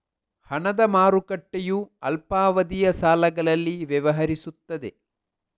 ಹಣದ ಮಾರುಕಟ್ಟೆಯು ಅಲ್ಪಾವಧಿಯ ಸಾಲಗಳಲ್ಲಿ ವ್ಯವಹರಿಸುತ್ತದೆ